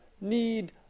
need